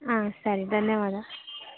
ಹಾಂ ಸರಿ ಧನ್ಯವಾದ